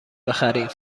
بخریم